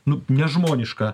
nu nežmonišką